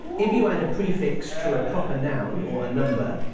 if you add a prefix to a proper noun or a number,